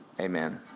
amen